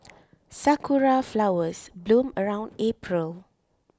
sakura flowers bloom around April